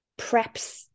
preps